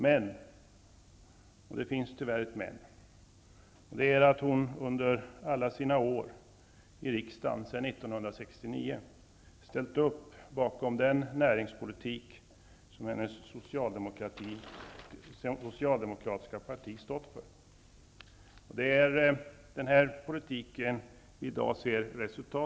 Men det finns tyvärr ett men, och det är att hon under alla sina år i riksdagen sedan 1969, ställt upp bakom den näringspolitik som hennes socialdemokratiska parti har stått för. I dag ser vi resultatet av den politiken.